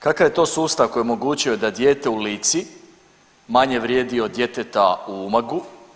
Kakav je to sustav koji je omogućio da dijete u Lici manje vrijedi od djeteta u Umagu?